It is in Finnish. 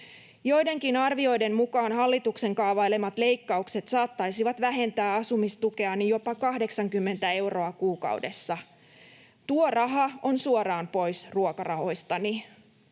Joidenkin arvioiden mukaan hallituksen kaavailemat leikkaukset saattaisivat vähentää asumistukeani jopa 80 euroa kuukaudessa. Tuo raha on suoraan pois ruokarahoistani.